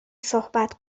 صحبت